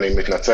אני מתנצל,